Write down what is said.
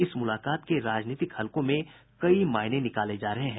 इस मुलाकात के राजनीतिक हलकों में कई मायने निकाले जा रहे हैं